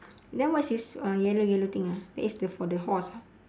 then what's his uh yellow yellow thing ah that is the for the horse ah